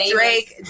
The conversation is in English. Drake